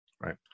Right